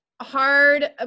hard